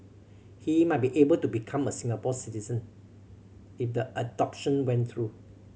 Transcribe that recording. he might be able to become a Singapore citizen if the adoption went through